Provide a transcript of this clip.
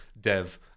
dev